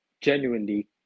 genuinely